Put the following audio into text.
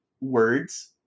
words